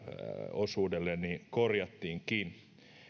osuudelle korjattiinkin